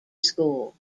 school